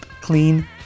clean